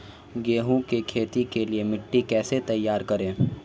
गेहूँ की खेती के लिए मिट्टी कैसे तैयार करें?